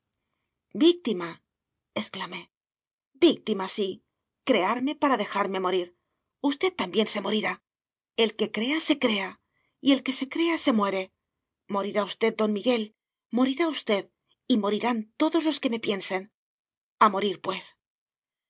víctima exclamé víctima sí crearme para dejarme morir usted también se morirá el que crea se crea y el que se crea se muere morirá usted don miguel morirá usted y morirán todos los que me piensen a morir pues este